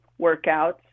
workouts